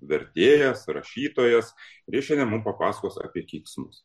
vertėjas rašytojas ir jis šiandien mums papasakos apie keiksmus